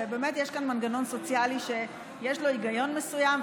ובאמת יש כאן מנגנון סוציאלי שיש לו היגיון מסוים,